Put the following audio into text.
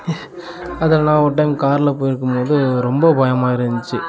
அதில் ஒரு டைம் காரில் போயிருக்கும்போது ரொம்ப பயமாக இருந்துச்சி